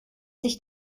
sich